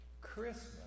Christmas